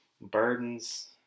burdens